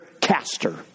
caster